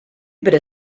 better